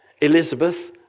elizabeth